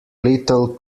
little